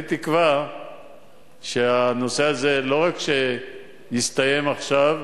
אני תקווה שהנושא הזה לא רק שיסתיים עכשיו